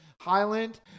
Highland